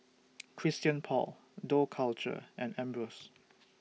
Christian Paul Dough Culture and Ambros